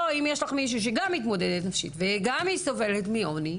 פה אם יש לך מישהי שגם היא מתמודדת נפשית וגם היא סובלת מעוני,